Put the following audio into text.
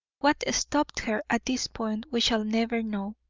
what stopped her at this point we shall never know.